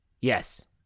Yes